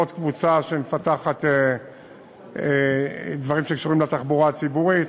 עוד קבוצה שמפתחת דברים שקשורים לתחבורה הציבורית,